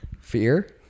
Fear